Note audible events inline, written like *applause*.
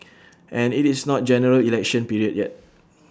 *noise* and IT is not General Election period yet